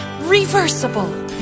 reversible